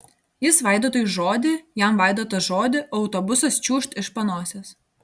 jis vaidotui žodį jam vaidotas žodį o autobusas čiūžt iš panosės